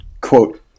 quote